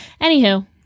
Anywho